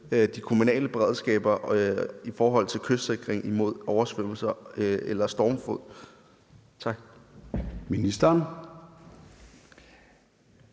de kommunale beredskaber i forhold til kystsikring imod oversvømmelser eller stormflod? Tak. Kl.